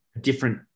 different